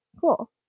cool